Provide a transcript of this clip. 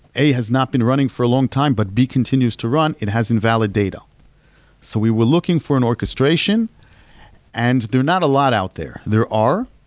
a has not been running for a long time, but b continues to run, it has invalid data so we were looking for an orchestration and they're not a lot out there. there are.